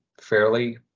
fairly